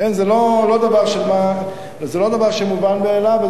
זה לא דבר מובן מאליו,